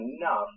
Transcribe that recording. enough